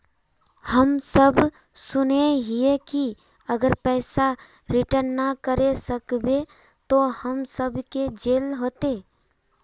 हम सब सुनैय हिये की अगर पैसा रिटर्न ना करे सकबे तो हम सब के जेल होते?